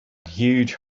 huge